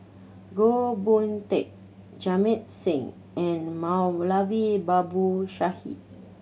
Goh Boon Teck Jamit Singh and Moulavi Babu Sahib